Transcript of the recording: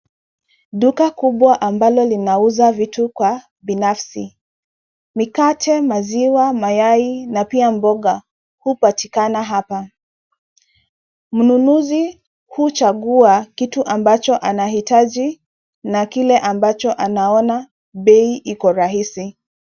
Duka kubwa ambalo linauza vitu kwa binafsi. Mikate, maziwa, mayai na pia mboga hupatikana hapa. Mnunuzi huchagua kitu ambacho anahitaji na kile ambacho anaona bei iko rahisi.